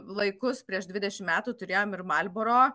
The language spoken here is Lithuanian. laikus prieš dvidešimt metų turėjom ir marlboro